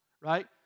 right